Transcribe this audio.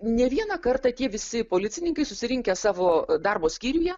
ne vieną kartą tie visi policininkai susirinkę savo darbo skyriuje